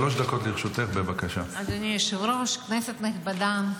אדוני היושב-ראש, כנסת נכבדה,